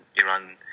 Iran